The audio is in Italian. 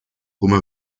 come